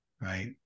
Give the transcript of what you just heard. Right